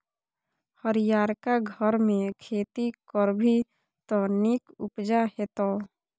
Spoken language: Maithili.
हरियरका घरमे खेती करभी त नीक उपजा हेतौ